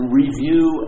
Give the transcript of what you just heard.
review